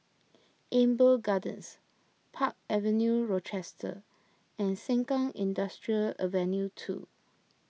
Amber Gardens Park Avenue Rochester and Sengkang Industrial Avenue two